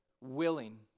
willing